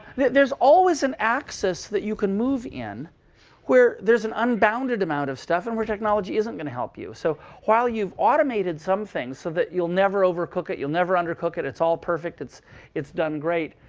there's always an axis that you can move in where there's an unbounded amount of stuff, and where technology isn't going to help you. so while you've automated some things so that you'll never overcook it, you'll never undercook it. it's all perfect, it's it's done great.